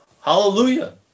Hallelujah